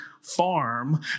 farm